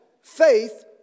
faith